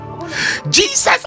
Jesus